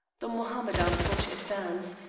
the mohammedans were to advance,